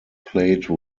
plate